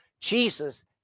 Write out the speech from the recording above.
Jesus